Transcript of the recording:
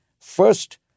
First